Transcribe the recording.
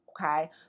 Okay